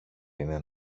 είναι